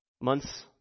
months